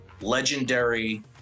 legendary